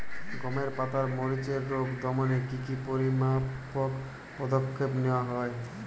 গমের পাতার মরিচের রোগ দমনে কি কি পরিমাপক পদক্ষেপ নেওয়া হয়?